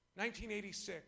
1986